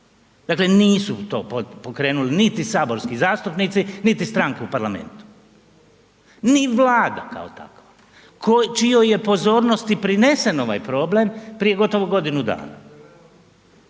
Dakle, nisu to pokrenuli niti saborski zastupnici, niti stranke u parlamentu, ni Vlada kao takva čijoj je pozornosti prinesen ovaj problem prije gotovo godinu dana